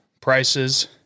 prices